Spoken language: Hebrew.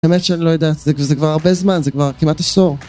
באמת שאני לא יודעת, זה כבר הרבה זמן, זה כבר כמעט עשור